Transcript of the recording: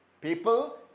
people